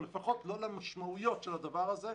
ולפחות לא למשמעויות של זה.